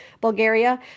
bulgaria